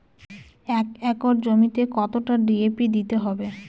এক একর জমিতে কতটা ডি.এ.পি দিতে হবে?